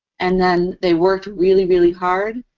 and then they worked really, really hard,